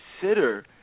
consider